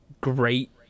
great